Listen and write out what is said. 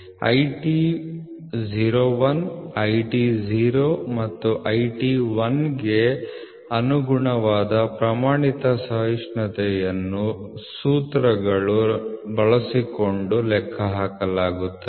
IT 01 IT 0 ಮತ್ತು IT 1 ಗೆ ಅನುಗುಣವಾದ ಪ್ರಮಾಣಿತ ಸಹಿಷ್ಣುತೆಯನ್ನು ಸೂತ್ರಗಳನ್ನು ಬಳಸಿಕೊಂಡು ಲೆಕ್ಕಹಾಕಲಾಗುತ್ತದೆ